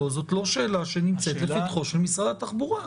זאת לא שאלה שנמצאת לפתחו של משרד התחבורה.